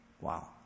Wow